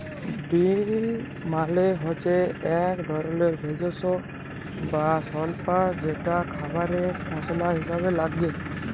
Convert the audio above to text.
deal মালে হচ্যে এক ধরলের ভেষজ বা স্বল্পা যেটা খাবারে মসলা হিসেবে লাগে